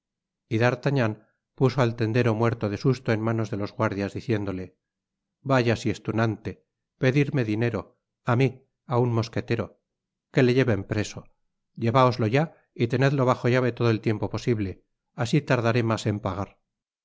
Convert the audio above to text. y d'artagnan puso al tendero muerto de susto en manos de los guardias diciéndole vaya si es tunante pedirme dinero á mi á un mosquetero que le lleven preso lleváoslo ya y tenedlo bajo llave todo el tiempo posible asi tardaré mas en pagar